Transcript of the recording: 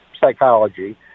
psychology